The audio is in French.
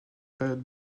période